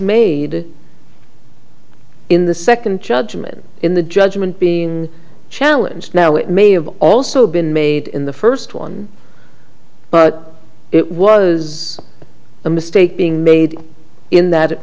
made in the second judgment in the judgment being challenged now it may have also been made in the first one but it was a mistake being made in that